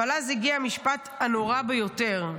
אבל אז הגיע המשפט הנורא ביותר: